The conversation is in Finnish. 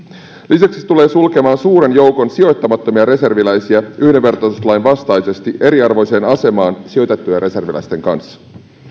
lisäksi se tulee sulkemaan suuren joukon sijoittamattomia reserviläisiä yhdenvertaisuuslain vastaisesti eriarvoiseen asemaan sijoitettujen reserviläisten kanssa